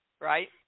Right